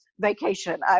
vacation